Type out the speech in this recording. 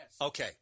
Okay